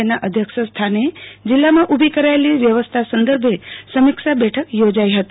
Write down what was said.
કે ના અધ્યક્ષ સ્થાને જિલ્લામાં ઉભી કરાયેલી વ્યવસ્થા સંદર્ભે સમીક્ષા બેઠક યોજાઇ હતી